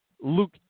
Luke